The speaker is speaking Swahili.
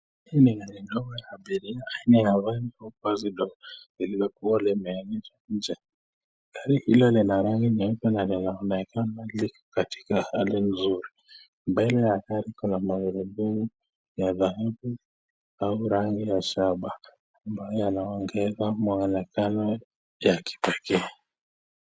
Hii ni gari ndogo ya abiria ambalo limeegeshwa nje, gari hilo lina rangi nyeupe na linaonekana liko katika hali nzuri, mbele ya gari kuna magurudumu ya rangi ya dhahabu au rangi ya shaba ambayo yanaongeza mwonekano wa kipekee.